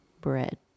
bread